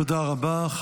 תודה רבה.